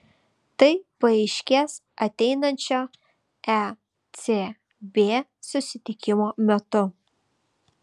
tai paaiškės ateinančio ecb susitikimo metu